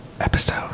episode